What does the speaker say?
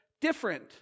Different